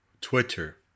Twitter